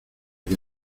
que